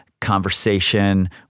conversation